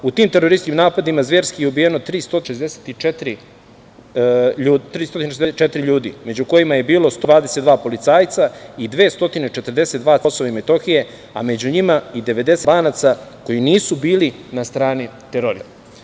U tim terorističkim napadima zverski je ubijeno 364 ljudi među kojima je bilo 122 policajca i 242 civila sa KiM, a među njima i 97 Albanaca koji nisu bili na strani terorista.